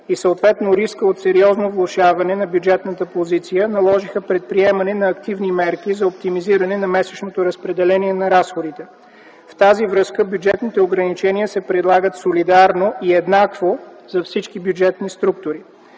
и съответно риска от сериозно влошаване на бюджетната позиция наложиха предприемане на активни мерки за оптимизиране на месечното разпределение на разходите. В тази връзка бюджетните ограничения се предлагат солидарно и еднакво за всички бюджетни структури.